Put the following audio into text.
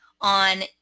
on